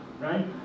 right